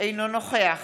אינו נוכח